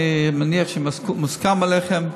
אני מניח שמוסכם עליכם,